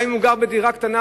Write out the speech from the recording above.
גם אם הוא גר בדירה קטנה,